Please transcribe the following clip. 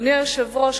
אדוני היושב-ראש,